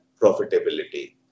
profitability